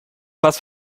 was